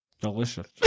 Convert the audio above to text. Delicious